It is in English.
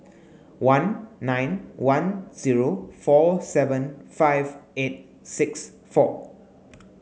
one nine one zero four seven five eight six four